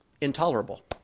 intolerable